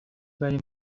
بریم